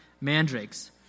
mandrakes